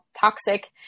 toxic